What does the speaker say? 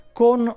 con